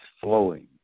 flowing